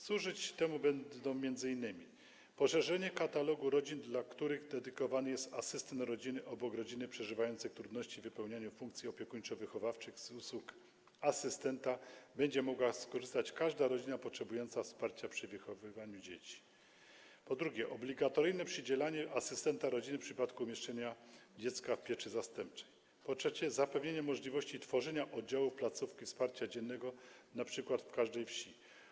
Służyć temu będzie m.in., po pierwsze, poszerzenie katalogu rodzin, dla których dedykowany jest asystent rodziny - obok rodzin przeżywających trudności w wypełnianiu funkcji opiekuńczo-wychowawczych z usług asystenta będzie mogła skorzystać każda rodzina potrzebująca wsparcia przy wychowywaniu dzieci, po drugie, obligatoryjne przydzielanie asystenta rodziny w przypadku umieszczenia dziecka w pieczy zastępczej, po trzecie, zapewnienie możliwości tworzenia oddziałów placówki wsparcia dziennego np. w każdej wsi.